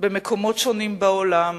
במקומות שונים בעולם.